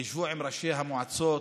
תשבו עם ראשי המועצות.